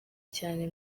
cyane